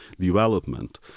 development